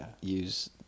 use